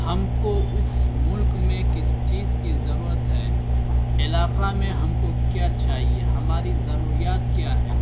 ہم کو اس ملک میں کس چیز کی ضرورت ہے علاقہ میں ہم کو کیا چاہیے ہماری ضروریات کیا ہیں